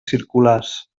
circulars